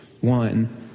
one